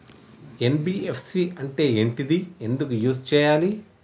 NBFC అంటే ఏంటిది ఎందుకు యూజ్ చేయాలి?